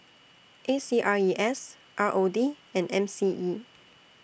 A C R E S R O D and M C E